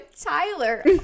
Tyler